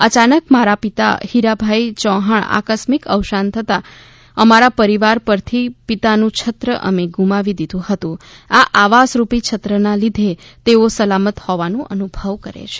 અચાનક મારા પિતા હિરાભાઇ ચૌહાણનું આકસ્મિક અવસાન થતા અમારા પરીવાર પરથી પિતાનુ છત્ર અમે ગુમાવી દીધુ હતું આ આવાસરૂપી છત્રના લીધે તેઓ સલામત હોવાનો અનુભવ કરે છે